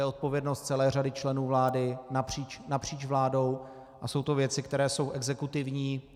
To je odpovědnost celé řady členů vlády napříč vládou a jsou to věci, které jsou exekutivní.